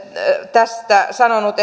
tästä sanonut